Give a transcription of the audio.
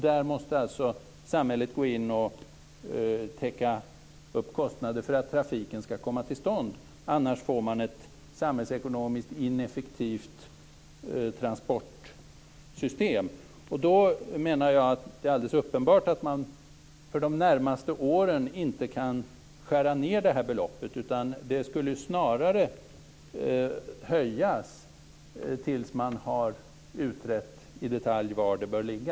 Där måste samhället gå in och täcka upp kostnader för att trafik skall komma till stånd; annars får man ett samhällsekonomiskt ineffektivt transportsystem. Därför menar jag att det är uppenbart att man för de närmaste åren inte kan skära ned det här beloppet. Det skulle snarare höjas tills man har utrett i detalj var det bör ligga.